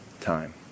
time